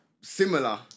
similar